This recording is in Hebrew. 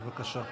בבקשה.